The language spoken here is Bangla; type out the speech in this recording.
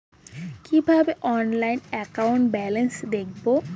কিভাবে অনলাইনে একাউন্ট ব্যালেন্স দেখবো?